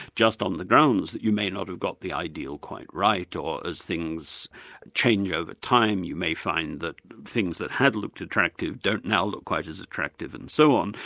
just on the grounds that you may not have got the ideal quite right or as things change over time you might find that things that had looked attractive, don't now look quite as attractive, and so on.